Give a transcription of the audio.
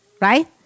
Right